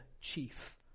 chief